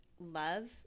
love